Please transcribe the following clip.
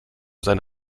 seine